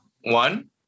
One